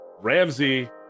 Ramsey